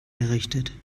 errichtet